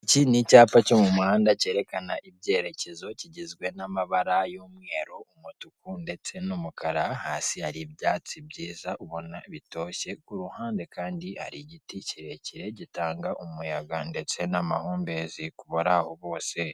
Iki ni icyapa cyo mu muhanda cyerekana ibyerekezo, kigizwe n'amabara y'umweru, umutuku, ndetse n'umukara, hasi hari ibyatsi byiza ubona bitoshye, ku ruhande kandi ari igiti kirekire gitanga umuyaga ndetse n'amahumbezi ku bari aho bose.